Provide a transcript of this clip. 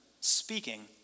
speaking